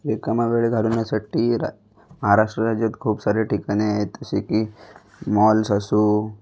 रिकामा वेळ घालवण्यासाठी रा महाराष्ट्र राज्यात खूप सारे ठिकाणे आहेत जसे की मॉल्स असो